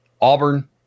Auburn